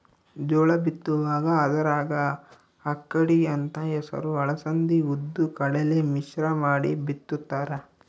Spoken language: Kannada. ಜೋಳ ಬಿತ್ತುವಾಗ ಅದರಾಗ ಅಕ್ಕಡಿ ಅಂತ ಹೆಸರು ಅಲಸಂದಿ ಉದ್ದು ಕಡಲೆ ಮಿಶ್ರ ಮಾಡಿ ಬಿತ್ತುತ್ತಾರ